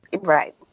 right